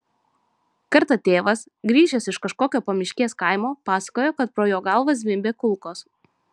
kartą tėvas grįžęs iš kažkokio pamiškės kaimo pasakojo kad pro jo galvą zvimbė kulkos